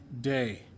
day